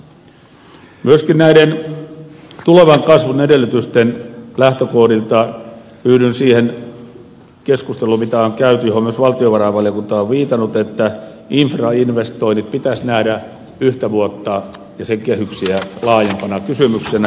myöskin näiden tulevan kasvun edellytysten lähtökohdilta yhdyn siihen keskusteluun mitä on käyty ja johon myös valtionvarainvaliokunta on viitannut että infrainvestoinnit pitäisi nähdä yhtä vuotta ja sen kehyksiä laajempana kysymyksenä